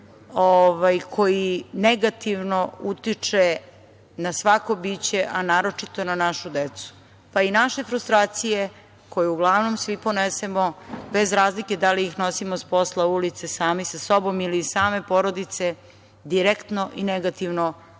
koji negativno utiče na svako biće, a naročito na našu decu, pa i naše frustracije koje uglavnom svi ponesemo, bez razlike da li ih nosimo sa posla, ulice, sami sa sobom ili iz same porodice, direktno i negativno utiču